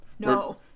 No